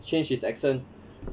change his accent